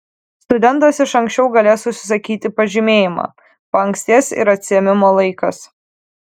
studentas iš ankščiau galės užsisakyti pažymėjimą paankstės ir atsiėmimo laikas